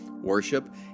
worship